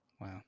wow